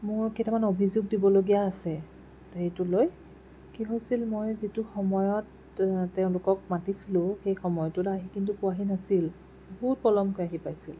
মোৰ কেইটামান অভিযোগ দিবলগীয়া আছে এইটো লৈ কি হৈছিল মই যিটো সময়ত তেওঁলোকক মাতিছিলো সেই সময়টোত আহি কিন্তু পোৱাহি নাছিল বহু পলমকৈ আহি পাইছিল